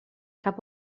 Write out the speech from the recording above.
cap